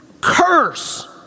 curse